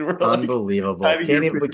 Unbelievable